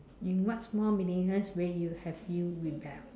in what small meaningless way you have you rebelled